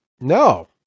No